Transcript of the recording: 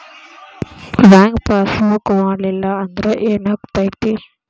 Bank passbook ಮಾಡಲಿಲ್ಲ ಅಂದ್ರೆ ಏನ್ ಆಗ್ತೈತಿ?